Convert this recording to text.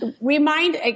remind